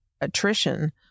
attrition